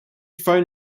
phone